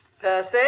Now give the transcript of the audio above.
Percy